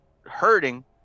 hurting